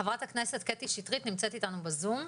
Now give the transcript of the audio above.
חברת הכנסת קטי שטרית שנמצאת איתנו בזום,